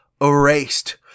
erased